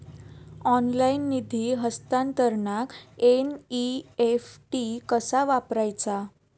Online निधी हस्तांतरणाक NEFT कसा वापरायचा?